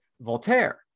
voltaire